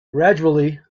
gradually